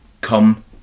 come